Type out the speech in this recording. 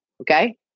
Okay